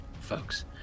folks